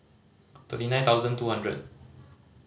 thirty nine thousand two hundred